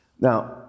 Now